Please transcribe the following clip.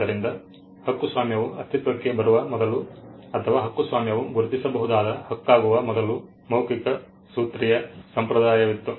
ಆದ್ದರಿಂದ ಹಕ್ಕುಸ್ವಾಮ್ಯವು ಅಸ್ತಿತ್ವಕ್ಕೆ ಬರುವ ಮೊದಲು ಅಥವಾ ಹಕ್ಕುಸ್ವಾಮ್ಯವು ಗುರುತಿಸಬಹುದಾದ ಹಕ್ಕಾಗುವ ಮೊದಲು ಮೌಖಿಕ ಸೂತ್ರೀಯ ಸಂಪ್ರದಾಯವಿತ್ತು